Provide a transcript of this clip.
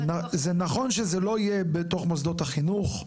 זה נכון שזה לא יהיה בתוך מוסדות החינוך,